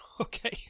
okay